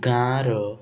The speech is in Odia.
ଗାଁର